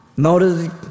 Notice